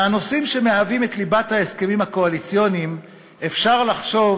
מהנושאים שמהווים את ליבת ההסכמים הקואליציוניים אפשר לחשוב